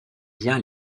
bien